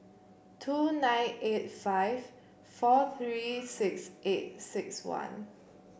two nine eight five four three six eight six one